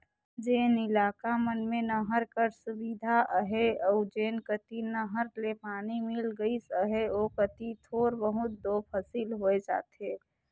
जेन इलाका मन में नहर कर सुबिधा अहे अउ जेन कती नहर ले पानी मिल गइस अहे ओ कती थोर बहुत दो फसिल होए जाथे